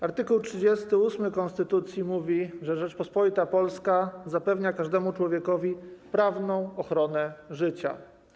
Art. 38 konstytucji mówi, że Rzeczpospolita Polska zapewnia każdemu człowiekowi prawną ochronę życia.